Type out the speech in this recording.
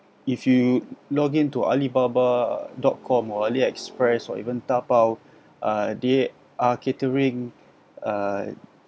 if you log into Alibaba dot com or AliExpress or even Taobao uh they are catering uh